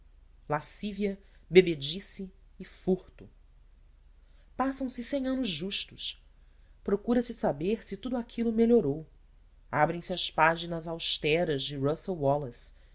lascívia bebedice e furto passam-se cem anos justos procura se saber se tudo aquilo melhorou abrem-se as páginas austeras de russel wallace